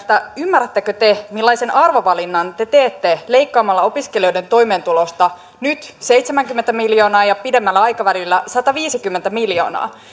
ymmärrättekö te millaisen arvovalinnan te teette leik kaamalla opiskelijoiden toimeentulosta nyt seitsemänkymmentä miljoonaa ja pidemmällä aikavälillä sataviisikymmentä miljoonaa